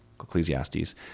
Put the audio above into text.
Ecclesiastes